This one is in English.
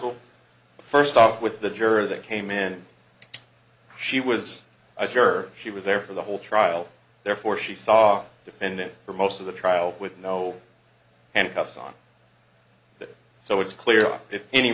court first off with the juror that came in she was a juror she was there for the whole trial therefore she saw defendant for most of the trial with no and cuffs on that so it's clear if any